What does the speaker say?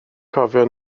cofio